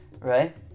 right